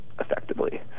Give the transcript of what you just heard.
effectively